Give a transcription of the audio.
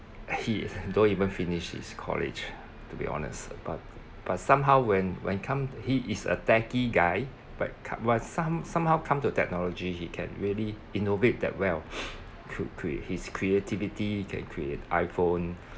he don't even finish his college to be honest but but somehow when when come he is a tacky guy but co~ when some somehow come to technology he can really innovate that well through through his creativity can create iPhone